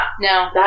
No